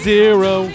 Zero